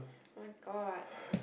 oh-my-god